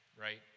Right